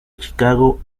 chicago